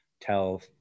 tell